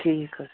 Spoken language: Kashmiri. ٹھیٖک حظ